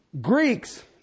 Greeks